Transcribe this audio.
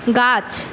গাছ